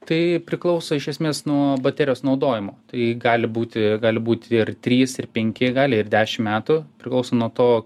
tai priklauso iš esmės nuo baterijos naudojimo tai gali būti gali būt ir trys ir penki gali ir dešim metų priklauso nuo to